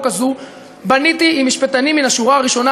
הזו בניתי עם משפטנים מן השורה הראשונה,